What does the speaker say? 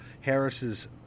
Harris's